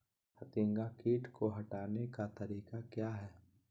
फतिंगा किट को हटाने का तरीका क्या है?